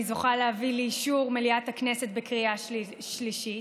זוכה להביא לאישור מליאת הכנסת בקריאה השלישית,